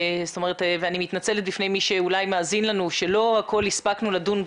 אני מתנצלת בפני מי שאולי מאזין לנו שלא בכל הספקנו לדון.